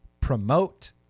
promote